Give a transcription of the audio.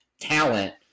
talent